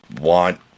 want